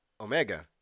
Omega